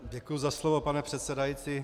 Děkuji za slovo, pane předsedající.